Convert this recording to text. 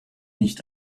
nicht